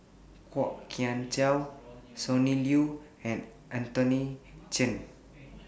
Kwok Kian Chow Sonny Liew and Anthony Chen